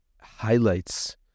highlights